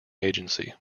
agency